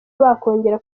bakongera